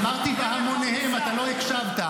אמרתי בהמוניהם, אתה לא הקשבת.